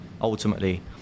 ultimately